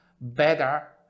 better